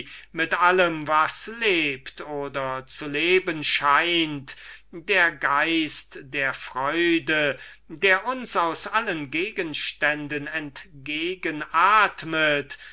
mit allem was lebt oder zu leben scheint dieser geist der freude der uns aus allen gegenständen